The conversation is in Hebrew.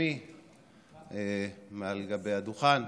שניים מתנגדים, אפס נמנעים.